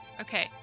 Okay